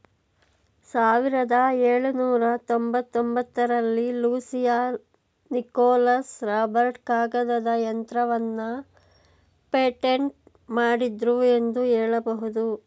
ಸಾವಿರದ ಎಳುನೂರ ತೊಂಬತ್ತಒಂಬತ್ತ ರಲ್ಲಿ ಲೂಸಿಯಾ ನಿಕೋಲಸ್ ರಾಬರ್ಟ್ ಕಾಗದದ ಯಂತ್ರವನ್ನ ಪೇಟೆಂಟ್ ಮಾಡಿದ್ರು ಎಂದು ಹೇಳಬಹುದು